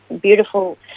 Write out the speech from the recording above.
beautiful